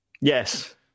Yes